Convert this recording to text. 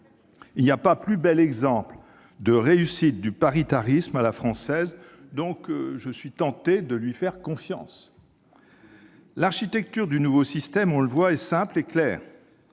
Il n'y a pas plus bel exemple de réussite du paritarisme à la française. Faisons-lui confiance ! L'architecture du nouveau système, on le voit, est simple et claire.